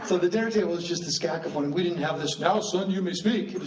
the dinner table was just this cacophony, we didn't have this, now, son, you may speak,